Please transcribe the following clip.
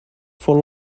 for